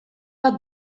bat